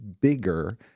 bigger